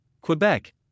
Quebec